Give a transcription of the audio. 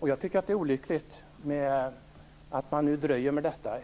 Jag tycker att det är olyckligt att man dröjer med detta.